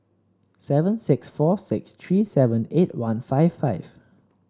seven six four six three seven eight one five five